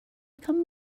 become